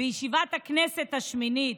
בישיבת הכנסת השמינית: